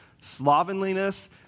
slovenliness